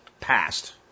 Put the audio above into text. passed